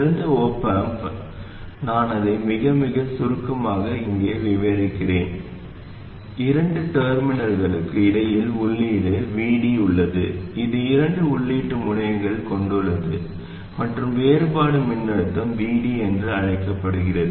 சிறந்த op amp நான் அதை மிக மிக சுருக்கமாக இங்கே விவரிக்கிறேன் இரண்டு டெர்மினல்களுக்கு இடையே உள்ளீடு Vd உள்ளது இது இரண்டு உள்ளீட்டு முனையங்களைக் கொண்டுள்ளது மற்றும் வேறுபாடு மின்னழுத்தம் Vd என்று அழைக்கப்படுகிறது